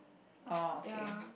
orh okay